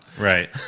Right